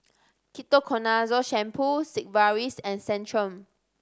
Ketoconazole Shampoo Sigvaris and Centrum